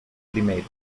primeiro